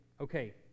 Okay